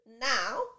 now